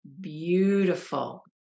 beautiful